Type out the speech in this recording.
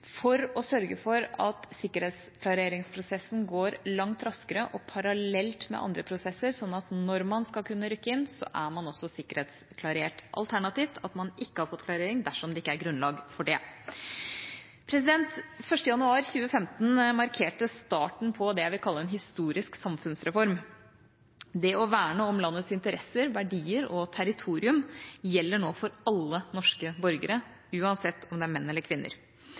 for å sørge for at sikkerhetsklareringsprosessen går langt raskere og parallelt med andre prosesser, slik at man, når man skal kunne rykke inn, også er sikkerhetsklarert – alternativt at man ikke har fått klarering dersom det ikke er grunnlag for det. 1. januar 2015 markerte starten på det jeg vil kalle en historisk samfunnsreform. Det å verne om landets interesser, verdier og territorium gjelder nå for alle norske borgere, uansett om det er menn eller kvinner.